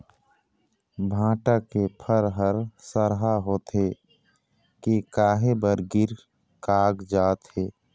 भांटा के फर हर सरहा होथे के काहे बर गिर कागजात हे?